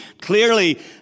clearly